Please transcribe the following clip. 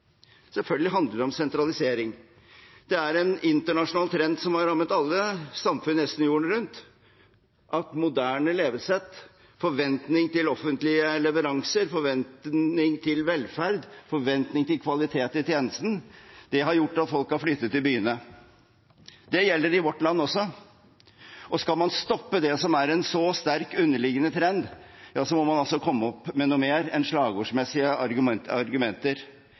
Selvfølgelig handler det om sentralisering. Det er en internasjonal trend som har rammet alle samfunn nesten jorden rundt: Moderne levesett, forventning til offentlige leveranser, forventning til velferd, forventning til kvalitet i tjenesten, har gjort at folk har flyttet til byene. Det gjelder i vårt land også. Skal man stoppe det som er en så sterk, underliggende trend, må man komme opp med noe mer enn slagordsmessige argumenter.